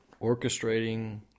orchestrating